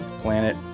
planet